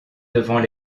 devant